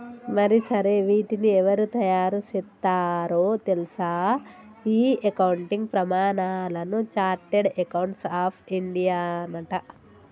మరి సరే వీటిని ఎవరు తయారు సేత్తారో తెల్సా ఈ అకౌంటింగ్ ప్రమానాలను చార్టెడ్ అకౌంట్స్ ఆఫ్ ఇండియానట